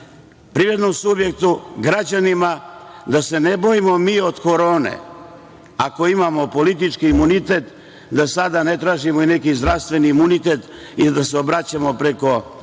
privrednom subjektu, građanima, da se ne bojimo mi od korone. Ako imamo politički imunitet, da sada ne tražimo i neki zdravstveni imunitet i da se obraćamo preko